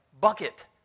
bucket